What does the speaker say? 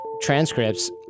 transcripts